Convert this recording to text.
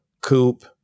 coupe